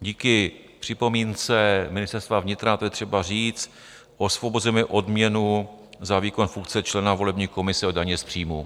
Díky připomínce Ministerstva vnitra, a to je třeba říct, osvobozujeme odměnu za výkon funkce člena volební komise od daně z příjmů.